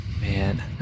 man